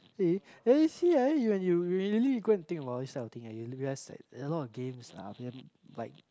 eh then you see ah you when you really go and think about these type of things you realize that they are a lot of games are then like